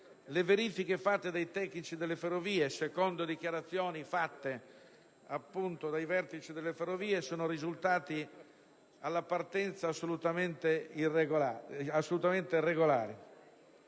le verifiche fatte dai tecnici delle Ferrovie (secondo dichiarazioni dei vertici delle Ferrovie) sono risultate, alla partenza, assolutamente regolari.